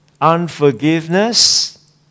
unforgiveness